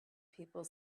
people